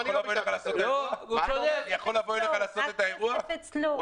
אני יכול לבוא אל בעל האולם ולעשות אצלו את האירוע?